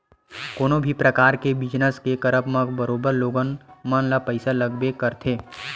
कोनो भी परकार के बिजनस के करब म बरोबर लोगन मन ल पइसा लगबे करथे